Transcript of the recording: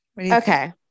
Okay